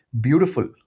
beautiful